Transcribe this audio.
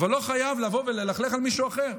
אבל לא חייבים לבוא וללכלך על מישהו אחר.